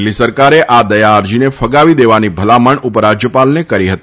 દિલ્હી સરકારે આ દથા અરજીને ફગાવી દેવાની ભલામણ ઉપરાજયપાલને કરી હતી